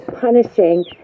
punishing